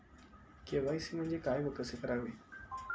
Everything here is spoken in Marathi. के.वाय.सी म्हणजे काय व कसे करावे?